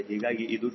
ಹೀಗಾಗಿ ಇದು 2